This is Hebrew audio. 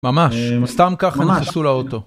ממש, סתם ככה נכנסו לאוטו.